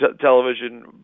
television